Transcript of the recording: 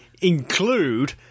include